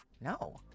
no